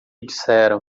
disseram